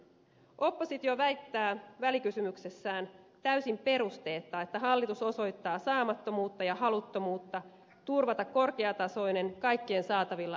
oppositio väittää välikysymyksessään täysin perusteetta että hallitus osoittaa saamattomuutta ja haluttomuutta turvata korkeatasoinen kaikkien saatavilla oleva terveydenhoito